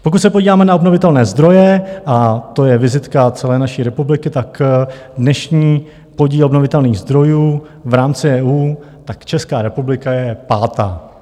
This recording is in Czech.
Pokud se podíváme na obnovitelné zdroje, a to je vizitka celé naší republiky, dnešní podíl obnovitelných zdrojů v rámci EU, tak Česká republika je pátá.